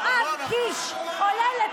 הייתה רק בת 26 ולפני חתונתה כאשר נפטרה לאחר